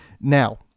Now